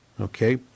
Okay